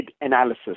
analysis